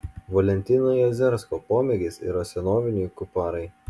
valentino jazersko pomėgis yra senoviniai kuparai